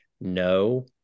no